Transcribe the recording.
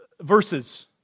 verses